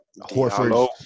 Horford